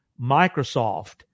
Microsoft